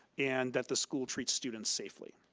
and that the school treats student safely.